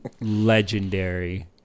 legendary